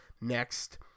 next